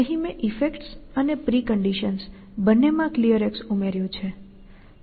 અહીં મેં ઈફેક્ટ્સ અને પ્રિકન્ડિશન્સ બંને માં Clear ઉમેર્યું છે